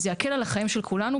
זה יקל על החיים של כולנו,